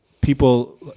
people